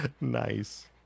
Nice